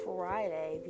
Friday